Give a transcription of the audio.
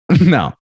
No